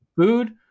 food